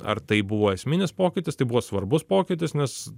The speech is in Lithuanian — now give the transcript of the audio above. ar tai buvo esminis pokytis tai buvo svarbus pokytis nes